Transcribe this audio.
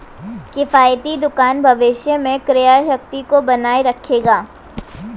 किफ़ायती दुकान भविष्य में क्रय शक्ति को बनाए रखेगा